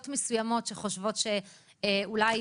זאת מגמה שאנחנו רואים אותה בכל העולם,